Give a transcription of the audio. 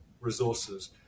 resources